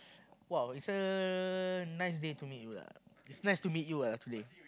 !wow! is a nice day to meet you lah it's nice to meet you ah today